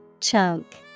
Chunk